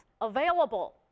Available